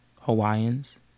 Hawaiians